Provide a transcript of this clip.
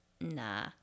Nah